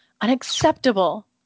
Unacceptable